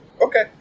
Okay